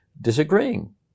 disagreeing